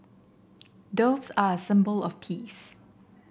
doves are a symbol of peace